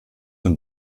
und